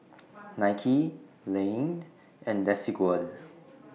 Nike Laneige and Desigual